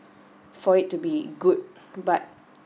for it to be good but